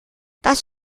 das